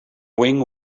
wing